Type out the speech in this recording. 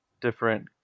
different